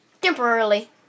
temporarily